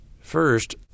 First